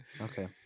Okay